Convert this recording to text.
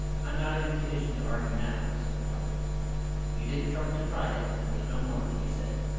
i'm not in a condition to argue now, said her father you didn't trouble to try it, and there's no more to be said.